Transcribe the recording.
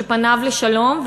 שפניו לשלום,